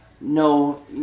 no